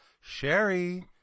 Sherry